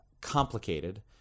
complicated